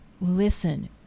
listen